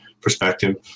perspective